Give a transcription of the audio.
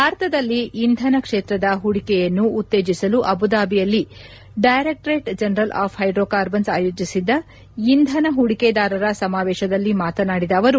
ಭಾರತದಲ್ಲಿ ಇಂಧನ ಕ್ಷೇತ್ರದ ಹೂಡಿಕೆಯನ್ನು ಉತ್ತೇಜಿಸಲು ಅಬುಧಾಬಿಯಲ್ಲಿ ಡೈರೆಕ್ಸರೇಟ್ ಜನರಲ್ ಆಫ್ ಹೈಡ್ರೋಕಾರ್ಬನ್ಸ್ ಆಯೋಜಿಸಿದ್ದ ಇಂಧನ ಹೂಡಿಕೆದಾರರ ಸಮಾವೇಶದಲ್ಲಿ ಮಾತನಾಡಿದ ಅವರು